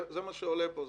זה מה שעולה פה.